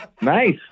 Nice